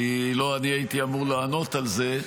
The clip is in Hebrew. כי לא אני הייתי אמור לענות על זה.